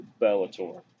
Bellator